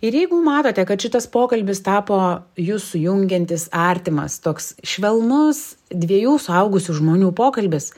ir jeigu matote kad šitas pokalbis tapo jus sujungiantis artimas toks švelnus dviejų suaugusių žmonių pokalbis